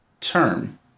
term